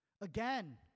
Again